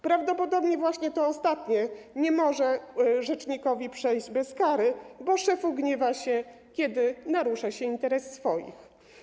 Prawdopodobnie właśnie to ostatnie nie może rzecznikowi ujść bez kary, bo szef gniewa się, kiedy narusza się interes swoich.